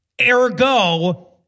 ergo